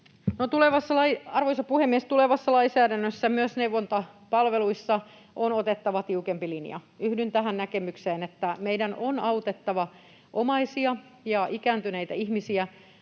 Arvoisa puhemies! Tulevassa lainsäädännössä myös neuvontapalveluissa on otettava tiukempi linja. Yhdyn tähän näkemykseen, että meidän on autettava omaisia ja ikääntyneitä ihmisiä